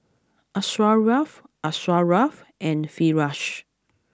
Asharaff Asharaff and Firash